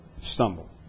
stumble